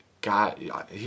God